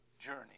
journey